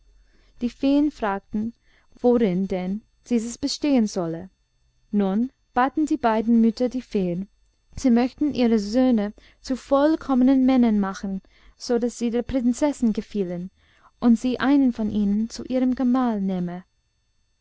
die feen fragten worin denn dieses bestehen solle nun baten die beiden mütter die feen sie möchten ihre söhne zu vollkommenen männern machen so daß sie der prinzessin gefielen und sie einen von ihnen zu ihrem gemahl nähme